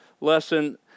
lesson